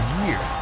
year